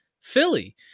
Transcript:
Philly